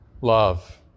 love